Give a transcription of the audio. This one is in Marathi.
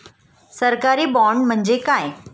सरकारी बाँड म्हणजे काय?